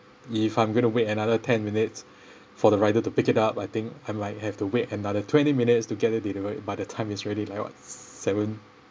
if I'm gonna wait another ten minutes for the rider to pick it up I think I might have to wait another twenty minutes to get it delivered by the time is ready like what seven